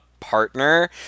partner